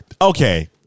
Okay